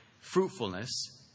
Fruitfulness